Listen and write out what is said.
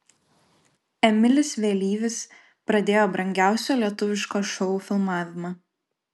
emilis vėlyvis pradėjo brangiausio lietuviško šou filmavimą